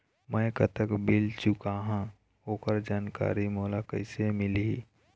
मैं कतक बिल चुकाहां ओकर जानकारी मोला कइसे मिलही?